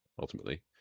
ultimately